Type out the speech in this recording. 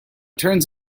turns